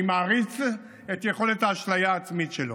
אני מעריץ את יכולת האשליה העצמית שלו.